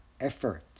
effort